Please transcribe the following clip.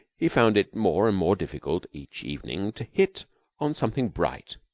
he found it more and more difficult each evening to hit on something bright,